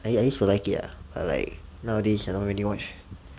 I I used to like it ah but like nowadays I don't really watch